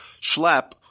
schlep